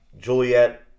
Juliet